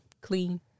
clean